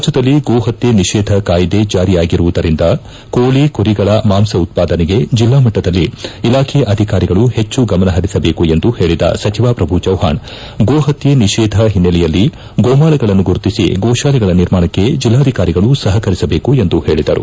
ರಾಜ್ಜದಲ್ಲಿ ಗೋಪತ್ತೆ ನಿಷೇಧ ಕಾಯ್ದೆ ಚಾರಿಯಾಗಿರುವುದರಿಂದ ಕೋಳಿ ಕುರಿಗಳ ಮಾಂಸ ಉತ್ಪಾದನೆಗೆ ಜಿಲ್ಲಾ ಮಟ್ಟದಲ್ಲಿ ಇಲಾಖೆ ಅಧಿಕಾರಿಗಳು ಹೆಚ್ಚು ಗಮನಪರಿಸಬೇಕೆಂದು ಹೇಳದ ಸಚಿವ ಶ್ರಭು ಚವ್ಹಾಣ್ ಗೋಪತ್ತೆ ನಿಷೇಧ ಹಿನ್ನೆಲೆಯಲ್ಲಿ ಗೋಮಾಳಗಳನ್ನು ಗುರುತಿಸಿ ಗೋತಾಲೆಗಳ ನಿರ್ಮಾಣಕ್ಕೆ ಜಿಲ್ಲಾಧಿಕಾರಿಗಳು ಸಹಕರಿಸಬೇಕು ಎಂದು ಹೇಳಿದರು